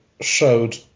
showed